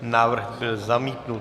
Návrh byl zamítnut.